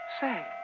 Say